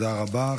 תודה רבה.